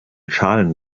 schalen